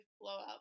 blowout